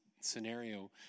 scenario